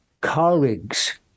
colleagues